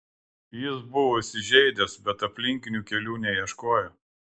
jis buvo įsižeidęs bet aplinkinių kelių neieškojo